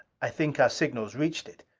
i think our signals reached it.